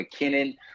McKinnon